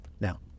Now